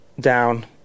down